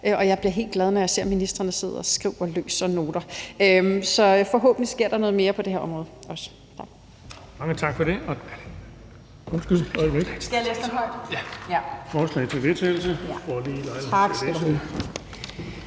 Og jeg bliver helt glad, når jeg ser, at ministrene sidder og skriver løs og tager noter. Så forhåbentlig sker der noget mere på det her område.